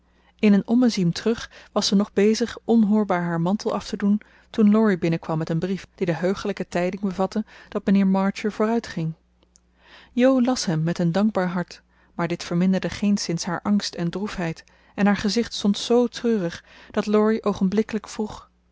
in een ommezien terug was ze nog bezig onhoorbaar haar mantel af te doen toen laurie binnenkwam met een brief die de heugelijke tijding bevatte dat mijnheer march weer vooruitging jo las hem met een dankbaar hart maar dit verminderde geenszins haar angst en droefheid en haar gezicht stond z treurig dat laurie oogenblikkelijk vroeg